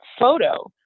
photo